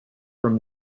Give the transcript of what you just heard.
from